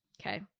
okay